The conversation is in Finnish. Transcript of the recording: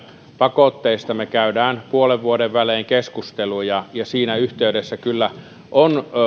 pakotteista me käymme puolen vuoden välein keskusteluja ja siinä yhteydessä kyllä on